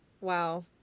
Wow